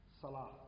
Salah